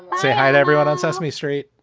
say hi to everyone on sesame street,